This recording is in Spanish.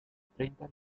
treinta